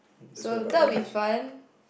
so that will be fun